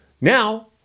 Now